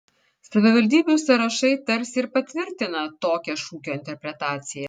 savivaldybių sąrašai tarsi ir patvirtina tokią šūkio interpretaciją